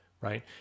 right